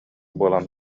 буолан